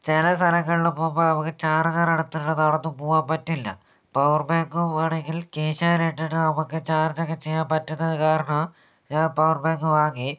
ചില സ്ഥലങ്ങളിൽ പോകുമ്പം നമുക്ക് ചാർജർ എടുത്തിട്ട് നടന്നു പോവാൻ പറ്റില്ല പവർബാങ്ക് വേണമെങ്കിൽ കീശയിലിട്ടിട്ട് നമുക്ക് ചാർജ് ഒക്കെ ചെയ്യാൻ പറ്റുന്നത് കാരണം ഞാൻ പവർബാങ്ക് വാങ്ങി